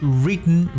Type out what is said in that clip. written